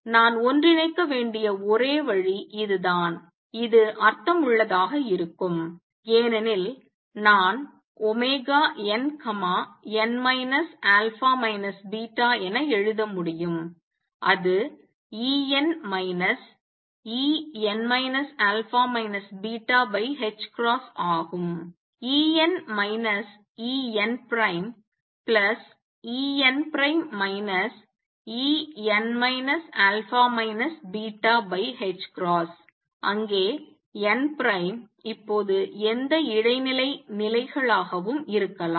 நான் ஒன்றிணைக்க வேண்டிய ஒரே வழி இதுதான் இது அர்த்தமுள்ளதாக இருக்கும் ஏனெனில் நான் nn α β என எழுத முடியும் அது En En α βℏ ஆகும் En EnEn En α βℏ அங்கே n' இப்போது எந்த இடைநிலை நிலைகளாகவும் இருக்கலாம்